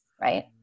right